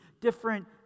different